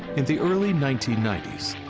in the early nineteen ninety s,